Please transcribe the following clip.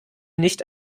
nicht